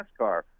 NASCAR